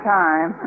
time